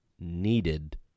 needed